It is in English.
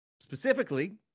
specifically